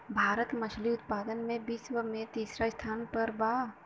भारत मछली उतपादन में विश्व में तिसरा स्थान पर बा